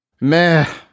meh